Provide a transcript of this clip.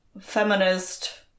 feminist